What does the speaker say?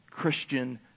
Christian